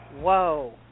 whoa